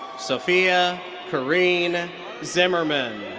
sophia corinne zimmerman.